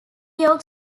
york